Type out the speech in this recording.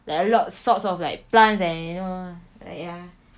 like a lot sorts of like plants and you know like ya